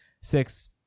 six